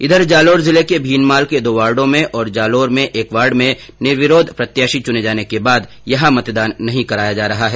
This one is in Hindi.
इधर जालोर जिले के भीनमाल के दो वार्डो में और जालोर में एक वार्ड में निर्विरोध प्रत्याशी चुने जाने के बाद यहां मतदान नहीं कराया जा रहा है